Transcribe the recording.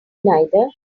neither